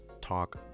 Talk